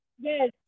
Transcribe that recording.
Yes